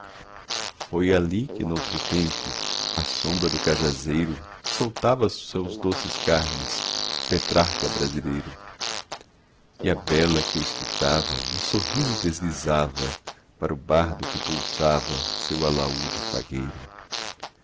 foi ali que noutro tempo à sombra do cajazeiro soltava seus doces carnes etrarca brasileiro e a bela que o escutava um sorriso deslizava para o bardo que pulsava seu alaúde fagueiro